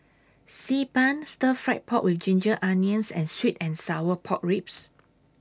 Xi Ban Stir Fry Pork with Ginger Onions and Sweet and Sour Pork Ribs